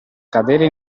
cadere